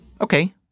Okay